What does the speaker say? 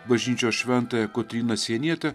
bažnyčios šventąją kotryną sienietę